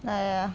!aiya!